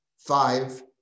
Five